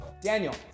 Daniel